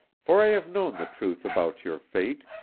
for i have known the truth about your fate.